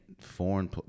foreign